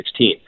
2016